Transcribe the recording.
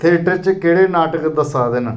theatre च केह्ड़े नाटक दस्सै दे न